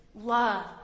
love